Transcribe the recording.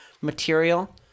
material